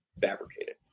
fabricated